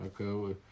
Okay